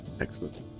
excellent